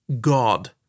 God